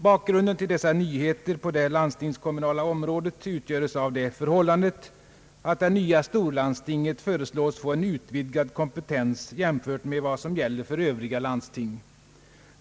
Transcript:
Bakgrunden till dessa nyheter på det landstingskommunala området utgöres av det förhållandet, att det nya storlandstinget föreslås få en utvidgad kompetens jämfört med vad som gäller för övriga landsting.